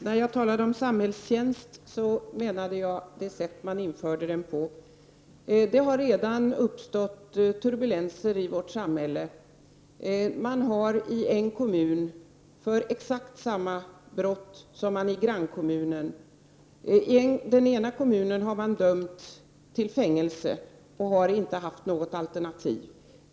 Herr talman! När jag talade om samhällstjänsten, menade jag det sätt på vilket man införde den. Det har redan uppstått turbulenser i vårt samhälle. I en kommun har man för ett brott dömt till fängelse, utan att man har haft något alternativ.